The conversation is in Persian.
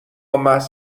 محض